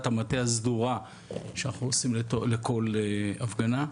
המטה הסדורה שאנחנו עושים לכל הפגנה,